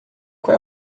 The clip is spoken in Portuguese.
qual